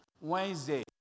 Wednesday